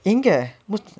india remember